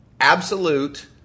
absolute